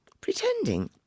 pretending